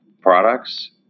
products